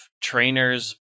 trainers